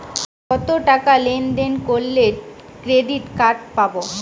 কতটাকা লেনদেন করলে ক্রেডিট কার্ড পাব?